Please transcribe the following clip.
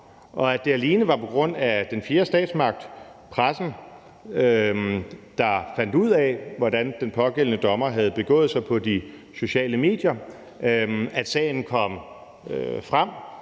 og at det alene var på grund af, at den fjerde statsmagt, pressen, fandt ud af, hvordan den pågældende dommer havde begået sig på de sociale medier, at sagen kom frem,